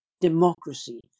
democracy